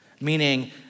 meaning